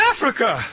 Africa